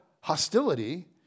hostility